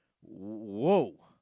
whoa